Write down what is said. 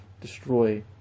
destroy